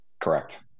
Correct